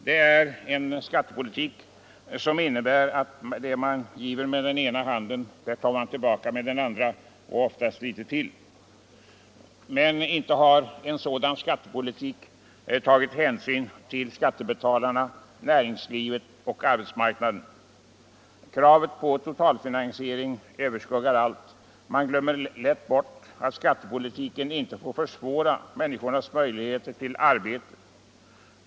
Det är en skattepolitik som innebär att det man ger med ena handen tar man tillbaka med den andra — och oftast tar man litet till. Men inte tar en sådan skattepolitik hänsyn till skattebetalarna, näringslivet och arbetsmarknaden. Kravet på totalfinansiering överskuggar allt. Man glömmer lätt bort att skattepolitiken inte får försvåra människornas möjligheter att erhålla arbete.